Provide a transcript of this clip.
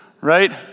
right